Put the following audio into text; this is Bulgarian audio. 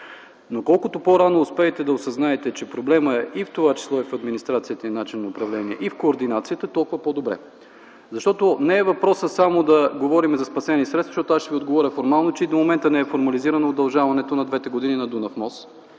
Но колкото по-рано успеете да осъзнаете, че проблемът в това число е и в администрацията, и в начина на управление, и в координацията, толкова по-добре. Защото не е въпросът само да говорим за спасени средства, защото аз ще Ви отговоря формално, че и до момента не е формализирано удължаването на двете години на „Дунав